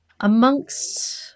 amongst